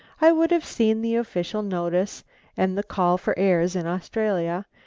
i would have seen the official notice and the call for heirs in australia,